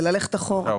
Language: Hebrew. זה ללכת אחורה.